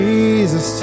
Jesus